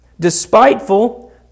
despiteful